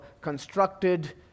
constructed